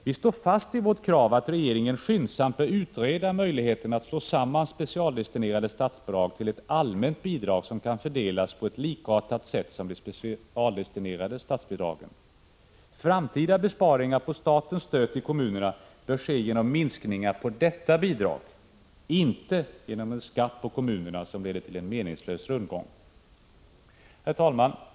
Vi står fast vid vårt krav att regeringen skyndsamt bör utreda möjligheten att slå samman specialdestinerade statsbidrag till ett allmänt bidrag som kan fördelas på likartat sätt som de specialdestinerade statsbidragen. Framtida besparingar på statens stöd till kommunerna bör ske genom minskningar av detta bidrag, inte genom en skatt på kommunerna som leder till en meningslös rundgång. Herr talman!